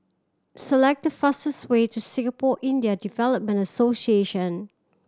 select the fastest way to Singapore Indian Development Association